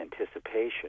anticipation